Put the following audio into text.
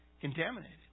contaminated